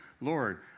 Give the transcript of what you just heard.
Lord